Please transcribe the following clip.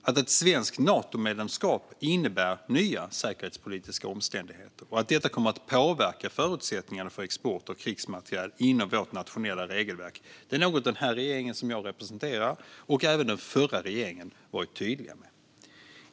Att ett svenskt Natomedlemskap innebär nya säkerhetspolitiska omständigheter och att detta kommer att påverka förutsättningarna för export av krigsmateriel inom vårt nationella regelverk är något som både den regering jag representerar och den förra regeringen har varit tydliga med.